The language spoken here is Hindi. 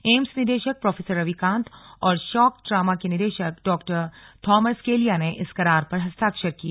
एम्स निदेशक प्रो रवि कांत और शॉक ट्रॉमा के निदेशक डा थॉमर स्केलिया ने इस करार पर हस्ताक्षर किए